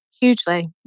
Hugely